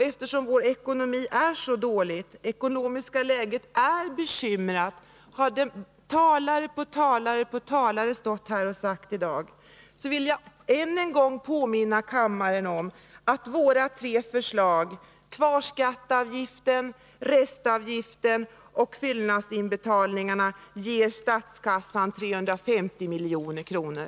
Eftersom vår ekonomi är så dålig — det ekonomiska läget är bekymmersamt, har talare efter talare sagt här i dag — vill jag än en gång påminna kammaren om att våra tre förslag om kvarskatteavgift, restavgift och fyllnadsinbetalningar ger statskassan 350 milj.kr.